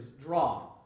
draw